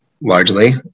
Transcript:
largely